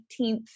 18th